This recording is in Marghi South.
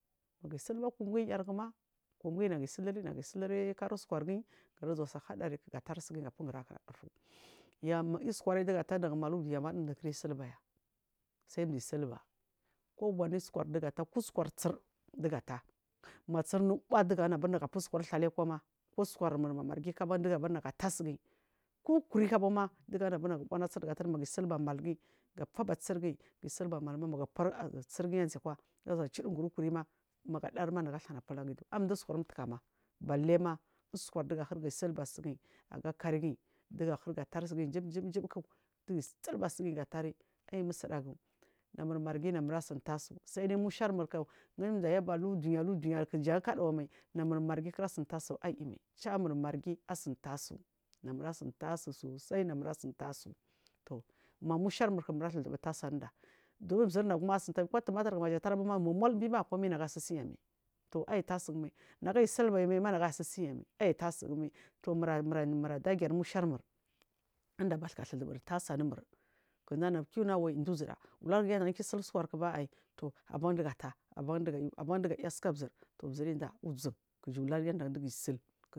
Magu isilba kum yar ma kumginyi nagu isitre nag u a sileri khari usu kwargin gara zamsi hadari gatar sugin ya isukwar diga tu nagu mida ivuya ban dundu kira siilbu ya san du’a silba kowani usukwar digu ata buwa digu anuur na gubu usu kwar usale akwa ko usukwar ma margi diga anubur nagu ata sugin ko ukuri kubanmudi gu annu bur nagu ata magu silba malgin gafuba cirginyi ga silba malgin gapuwa cirgin azeya akwa gazan chidin gri aku rigin akirima maga dari ma nagu a tharna pulagu idu anda balle ma usukwar diga silba sugin aga kharingin diga hirga gatari ai musu dagu na mur margin a mur a sinta su sai dai musuar nur ku din da yab alu dunga du dunyaku jan khadawa main a mur margi kara sinta su ayi mai cha mur mmargi asinta sun a mur sin ta su sosai na mur a sinta su tah ma mushar mur kimur a tudu batasu amun da dunzir u nagu gum asir ta sumai kon tamatir kumai maja tarin mammol naga si sin yama toh ai tasu yimai tasa yimai tu mura dagi an mu shar mur anda baska tuduburi tasu anu mur kinda anu a bur kiuna wai duzuda largu yadda gi ya sil usukwarku banai toh aban diga ata ban diga ayu aban digi yaska zir toh ziryinda uzun kuju wu lar yadda daga sil.